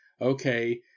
okay